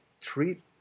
treat